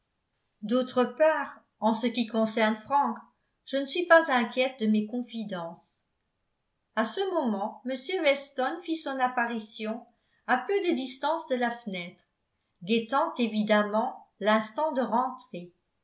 d'autre part en ce qui concerne frank je ne suis pas inquiète de mes confidences à ce moment m weston fit son apparition à peu de distance de la fenêtre guettant évidemment l'instant de rentrer